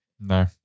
No